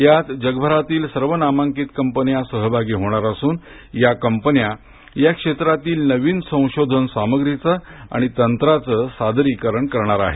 यात जगभरातील सर्व नामांकित कंपन्या सहभागी होणार असून या कंपन्या या क्षेत्रातील नवीन संशोधन सामग्रीच आणि तंत्राच सादरीकरण करणार आहेत